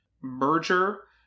merger